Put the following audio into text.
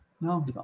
No